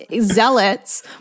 zealots